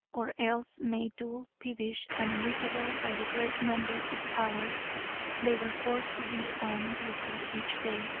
or else made dull, peevish and irritable by the great number of hours they were forced to be on duty each day,